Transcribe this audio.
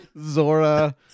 Zora